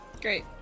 Great